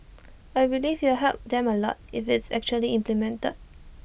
I believe it'll help them A lot if it's actually implemented